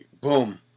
boom